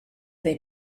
they